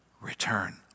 return